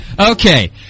Okay